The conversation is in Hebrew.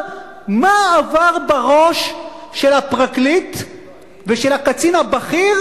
מה עבר בראש של הפרקליט ושל הקצין הבכיר